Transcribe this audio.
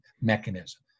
mechanism